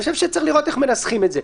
אני חושב שצריך לראות איך מנסחים את זה.